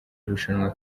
irushanwa